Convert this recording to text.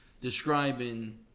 describing